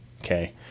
okay